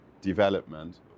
development